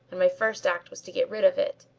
and my first act was to get rid of it.